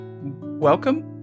Welcome